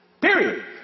Period